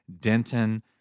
Denton